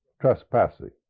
trespassing